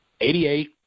88